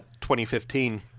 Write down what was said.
2015